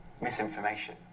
misinformation